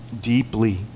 deeply